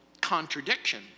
contradiction